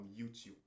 YouTube